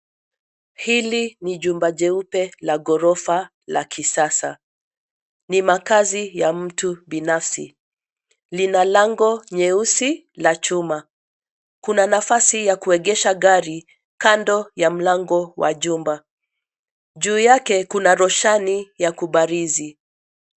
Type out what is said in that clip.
Hili ni jumba jeupe la ghorofa la kisasa, ni makaazi ya mtu binafsi. Lina lango nyeusi la chuma. Kuna nafasi ya kuegesha gari kando ya mlango wa jumba. Juu yake kuna roshani ya kubarizi.